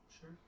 Sure